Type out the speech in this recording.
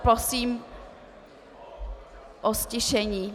Prosím o ztišení.